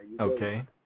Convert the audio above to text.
Okay